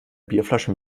bierflasche